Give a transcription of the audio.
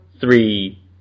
three